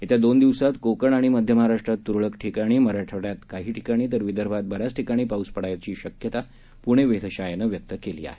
येत्या दोन दिवसात कोकण आणि मध्य महाराष्ट्रात तुरळक ठिकाणी मराठवाङ्यात काही ठिकाणी तर विदर्भात बऱ्याच ठिकाणी पाऊस पडण्याची शक्यता पुणे वेधशाळेनं व्यक्त केली आहे